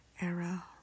era